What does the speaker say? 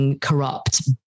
Corrupt